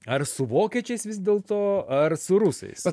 ar su vokiečiais vis dėlto ar su rusais